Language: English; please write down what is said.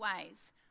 ways